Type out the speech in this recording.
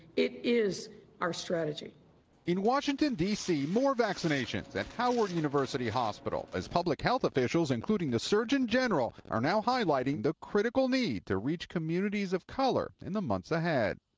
it is our strategy. reporter in washington, d c. more vaccinations at howard university hospital as public health officials including the surgeon general are now highlighting the critical need to reach communities of color in the months ahead.